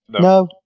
No